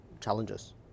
challenges